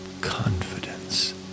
confidence